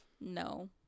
No